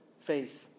faith